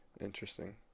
Interesting